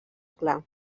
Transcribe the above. clar